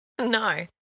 No